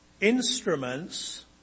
Instruments